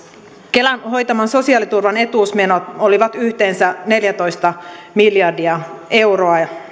kelan hoitaman sosiaaliturvan etuusmenot olivat yhteensä neljätoista miljardia euroa